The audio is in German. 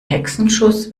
hexenschuss